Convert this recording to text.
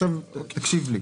עכשיו תקשיב לי.